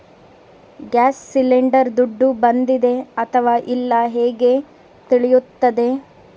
Gas cylinder ದುಡ್ಡು ಬಂದಿದೆ ಅಥವಾ ಇಲ್ಲ ಹೇಗೆ ತಿಳಿಯುತ್ತದೆ?